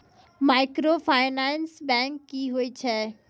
Microfinance bank की होय छै?